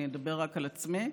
אני אדבר רק על עצמי,